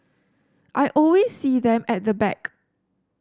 I always see them at the back